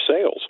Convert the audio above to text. sales